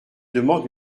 demande